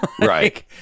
Right